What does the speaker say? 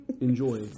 enjoy